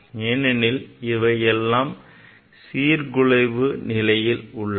ஏனெனில் அவை எல்லாம் சீர்குலைவு நிலையில் உள்ளன